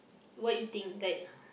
what you think like